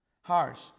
harsh